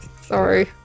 Sorry